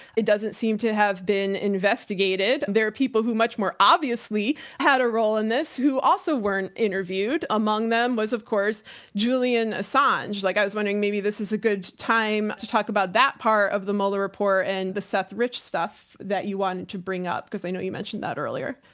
it doesn't seem to have been investigated. there are people who much more obviously had a role in this who also weren't interviewed. among them was of course julian assange. like i was wondering, maybe this is a good time to talk about that part of the mueller report and the seth rich stuff that you wanted to bring up cause i know you mentioned that earlier.